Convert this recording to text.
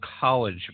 college